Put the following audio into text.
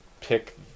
pick